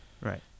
Right